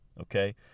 Okay